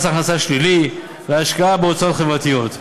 מס הכנסה שלילי והשקעה בהוצאות חברתיות.